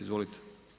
Izvolite.